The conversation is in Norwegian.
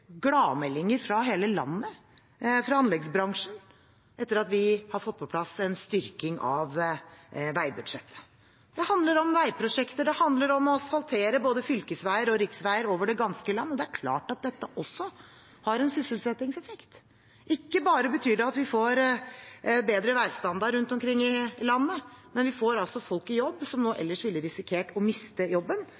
gladmeldinger fra hele landet, fra anleggsbransjen, etter at vi har fått på plass en styrking av veibudsjettet. Det handler om veiprosjekter, det handler om å asfaltere både fylkesveier og riksveier over det ganske land, og det er klart at det også har en sysselsettingseffekt. Ikke bare betyr det at vi får bedre veistandard rundt omkring i landet, vi får også folk i jobb som nå